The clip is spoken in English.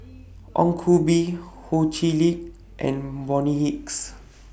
Ong Koh Bee Ho Chee Lick and Bonny Hicks